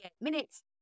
Minutes